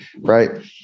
right